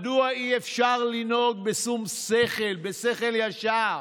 מדוע אי-אפשר לנהוג בשום שכל, בשכל ישר?